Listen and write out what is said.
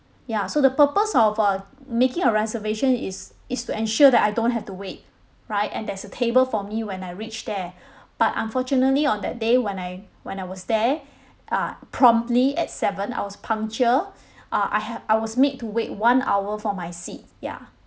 ya so the purpose of uh making a reservation is is to ensure that I don't have to wait right and there's a table for me when I reach there but unfortunately on that day when I when I was there uh promptly at seven I was punctual uh I have I was made to wait one hour for my seat ya